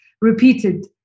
Repeated